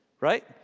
right